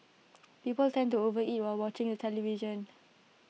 people tend to overeat while watching the television